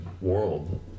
World